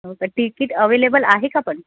हो का ticket available आहे का पण